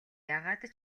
яагаад